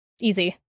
Easy